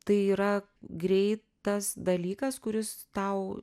tai yra greitas dalykas kuris tau